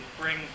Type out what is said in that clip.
bring